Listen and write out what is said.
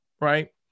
right